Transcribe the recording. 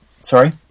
Sorry